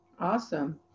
awesome